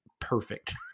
perfect